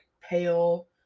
pale